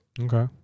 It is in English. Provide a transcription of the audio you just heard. Okay